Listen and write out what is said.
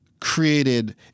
created